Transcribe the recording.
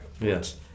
yes